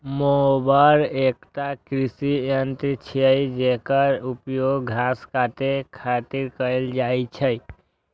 mower एकटा कृषि यंत्र छियै, जेकर उपयोग घास काटै खातिर कैल जाइ छै